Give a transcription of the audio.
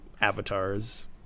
avatars